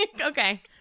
Okay